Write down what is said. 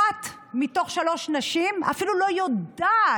אחת מתוך שלוש נשים אפילו לא יודעת